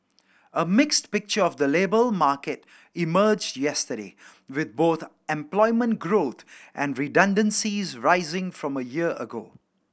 a mixed picture of the labour market emerged yesterday with both employment growth and redundancies rising from a year ago